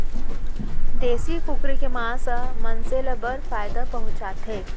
देसी कुकरी के मांस ह मनसे ल बड़ फायदा पहुंचाथे